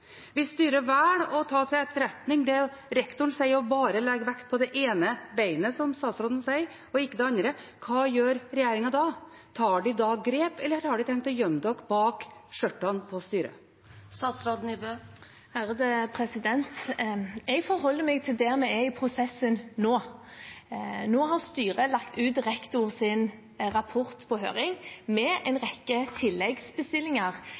å ta til etterretning det rektoren sier, og bare legger vekt på det ene beinet, som statsråden sier, og ikke det andre – hva gjør regjeringen da? Tar de da grep, eller har de tenkt å gjemme seg bak skjørtene på styret? Jeg forholder meg til der vi er i prosessen nå. Nå har styret lagt rektors rapport ut på høring med en rekke tilleggsbestillinger